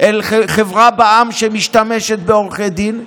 אלא חברה בע"מ שמשתמשת בעורכי דין,